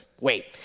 wait